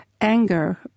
anger